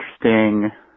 interesting